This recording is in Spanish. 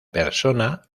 persona